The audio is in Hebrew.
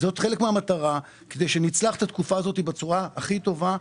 המטרה היא שנצלח את התקופה הזאת בצורה הכי טובה,